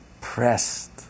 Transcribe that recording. Pressed